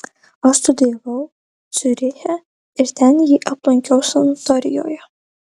aš studijavau ciuriche ir ten jį aplankiau sanatorijoje